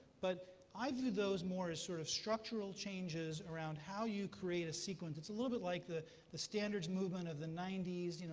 but i view those more as sort of structural changes around how you create a sequence. it's a little bit like the the standards movement of the ninety s, you know